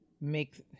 make